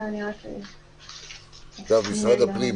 משרד הפנים,